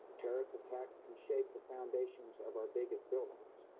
terrorist attacks can shake the foundations of our biggest buildings,